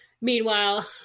Meanwhile